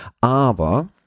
aber